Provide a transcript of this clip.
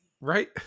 Right